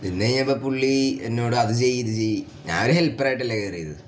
നിന്ന് കഴിഞ്ഞപ്പം പുള്ളി എന്നോട് അത് ചെയ്യ് ഇത് ചെയ്യ് ഞാനൊരു ഹെൽപ്പർ ആയിട്ടല്ലേ കയറിയത്